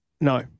No